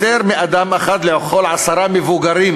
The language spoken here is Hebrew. יותר מאדם אחד לכל עשרה מבוגרים,